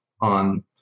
on